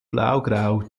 blaugrau